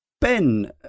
Ben